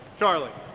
charlie